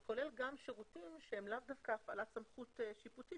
זה כולל גם שירותים שהם לאו דווקא הפעלת סמכות שיפוטית